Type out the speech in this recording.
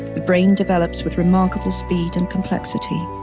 the brain develops with remarkable speed and complexity.